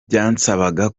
byansabaga